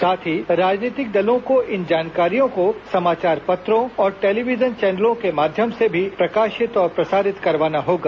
साथ ही इस जानकारियों को समाचार पत्रों और टेलीविजन चैनलों के माध्यम से भी प्रकाशित और प्रसारित करवाना होगा